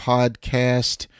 Podcast